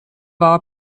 war